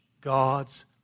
God's